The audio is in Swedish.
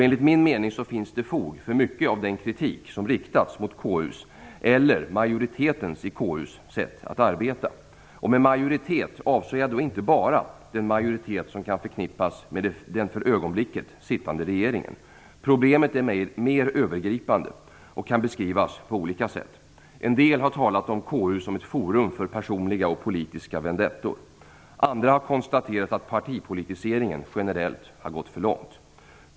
Enligt min mening finns det fog för mycket av den kritik som har riktats mot KU:s, eller majoritetens i KU:s, sätt att arbeta. Med "majoritet" avser jag då inte bara den majoritet som kan förknippas med den för ögonblicket sittande regeringen. Problemet är mer övergripande och kan beskrivas på olika sätt. En del har talat om KU som ett forum för personliga och politiska vendettor. Andra har konstaterat att partipolitiseringen generellt har gått för långt.